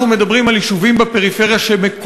אנחנו מדברים על יישובים בפריפריה שכל